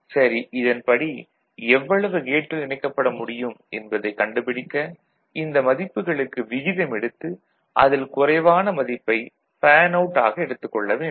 சரி இதன்படி எவ்வளவு கேட்கள் இணைக்கப்பட முடியும் என்பதைக் கண்டுபிடிக்க இந்த மதிப்புகளுக்கு விகிதம் எடுத்து அதில் குறைவான மதிப்பை ஃபேன் அவுட் ஆக எடுத்துக் கொள்ள வேண்டும்